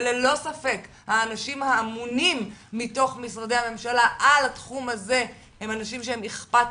וללא ספק האנשים האמונים על התחום הזה במשרדי הממשלה הם אנשים אכפתיים,